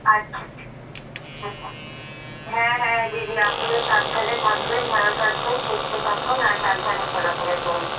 আচ্ছা হুঁ হ্যাঁ হ্যাঁ দিদি আপনিও সাবধানে থাকবেন ভালো থাকবেন সুস্থ থাকুন আর সাবধানে চলাফেরা করুন